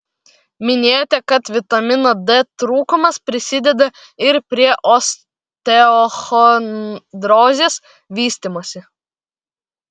minėjote kad vitamino d trūkumas prisideda ir prie osteochondrozės vystymosi